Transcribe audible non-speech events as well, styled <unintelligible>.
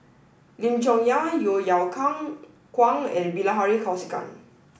Lim Chong Yah Yeo <unintelligible> Kwang and Bilahari Kausikan